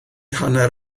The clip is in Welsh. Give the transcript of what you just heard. hanner